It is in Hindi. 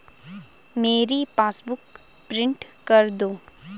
मेरी पासबुक प्रिंट कर दो